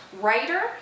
writer